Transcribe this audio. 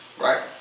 right